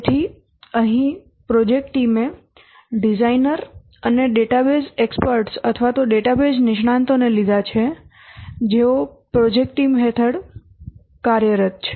તેથી અહીં પ્રોજેક્ટ ટીમે ડિઝાઇનર અને ડેટાબેઝ નિષ્ણાતોને લીધા છે જેઓ પ્રોજેક્ટ ટીમ હેઠળ કાર્યરત છે